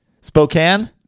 Spokane